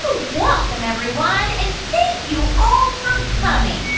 ah welcome, everyone. and thank you all for coming